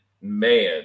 man